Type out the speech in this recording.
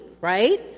right